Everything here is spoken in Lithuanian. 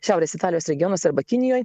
šiaurės italijos regionuose arba kinijoj